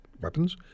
weapons